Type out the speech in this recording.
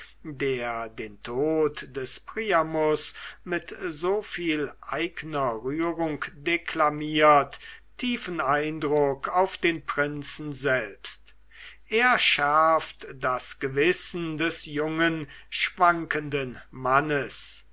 der den tod des priamus mit so viel eigner rührung deklamiert tiefen eindruck auf den prinzen selbst er schärft das gewissen des jungen schwankenden mannes